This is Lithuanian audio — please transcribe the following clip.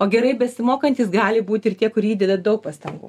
o gerai besimokantys gali būti ir tie kurie įdeda daug pastangų